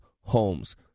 homes